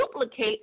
duplicate